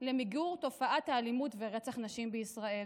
למיגור תופעת האלימות ורצח נשים בישראל,